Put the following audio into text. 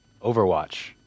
Overwatch